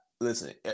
listen